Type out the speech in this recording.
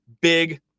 big